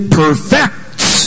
perfects